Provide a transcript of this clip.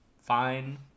fine